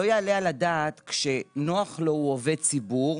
לא יעלה על הדעת שכשנוח לו הוא עובד ציבור